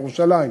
בירושלים,